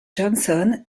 johnson